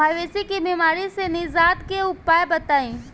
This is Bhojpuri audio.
मवेशी के बिमारी से निजात के उपाय बताई?